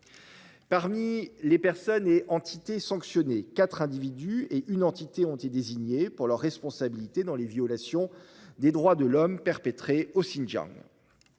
Parmi les personnes et entités sanctionnées, quatre individus et une entité ont été désignés pour leur responsabilité dans les violations des droits de l'homme perpétrées au Xinjiang.